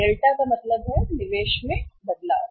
delta का मतलब है निवेश में बदलाव